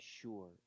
sure